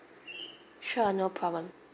sure no problem